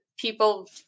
people